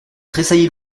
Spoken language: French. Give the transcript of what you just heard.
tressaillit